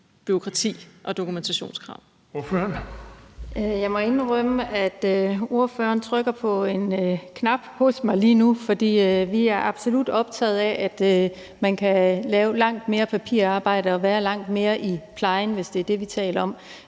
må indrømme, at ordføreren for forespørgerne trykker på en knap hos mig lige nu, for vi er absolut optaget af, at man kan lave langt mindre papirarbejde og være langt mere beskæftiget med plejen, hvis det er det, vi taler om.